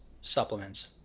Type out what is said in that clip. supplements